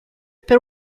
per